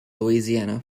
louisiana